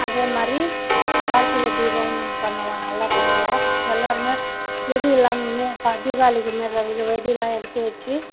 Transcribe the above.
அதேமாதிரி கார்த்திகை தீபம் பண்ணுவோம் நல்லா பண்ணுவோம் எல்லாருமே வெடி எல்லாமே தீபாவளிக்கு மாதிரி வெடிலாம் எடுத்து வச்சு